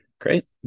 great